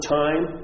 time